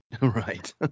Right